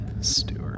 Stewart